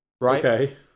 Right